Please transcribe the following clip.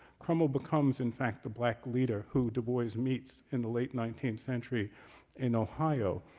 crummell becomes, in fact, the black leader who dubois meet in the late nineteenth century in ohio.